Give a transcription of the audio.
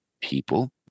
people